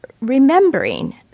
remembering